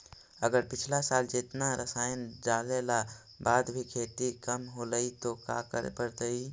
अगर पिछला साल जेतना रासायन डालेला बाद भी खेती कम होलइ तो का करे पड़तई?